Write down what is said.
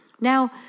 Now